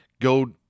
go